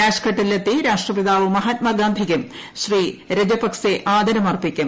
രാജ്ഘട്ടിലെത്തി രാഷ്ട്രപിതാവ് മഹാത്മാഗാന്ധിക്കും ശ്രീ രജപക്സെ ആദരമർപ്പിക്കും